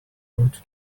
rude